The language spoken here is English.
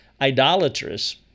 idolatrous